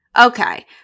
Okay